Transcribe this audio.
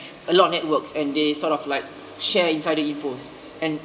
a lot networks and they sort of like share insider infos and